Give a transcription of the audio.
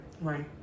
Right